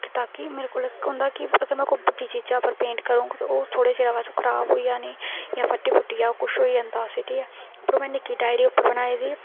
ताकि मेरे कोला दा इक होंदा कि अपनी चीजें पर पेंट करां ते ओह् थोह्ड़ी चिरा च खराब होई जानी जां फट्टी फुट्टियै किश होई जंदा उसी ठीक ऐ पर में निक्की डायरी उप्पर बनाई दी